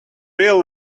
real